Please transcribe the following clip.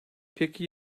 peki